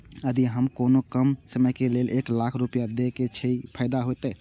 यदि हम कोनो कम समय के लेल एक लाख रुपए देब छै कि फायदा होयत?